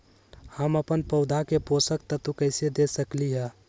हम अपन पौधा के पोषक तत्व कैसे दे सकली ह?